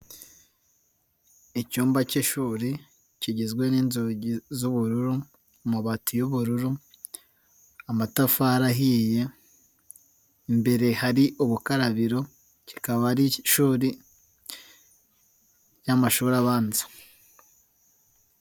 Icyumba cy'ishuri kigizwe n'inzugi z'ubururu, amabati y'ubururu, amatafari ahiye, imbere hari ubukarabiro, kikaba ari ik'ishuri ry'amashuri abanza.